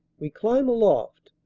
we climb aloft,